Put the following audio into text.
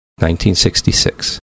1966